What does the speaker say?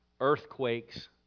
earthquakes